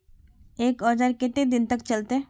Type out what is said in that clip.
एक औजार केते दिन तक चलते?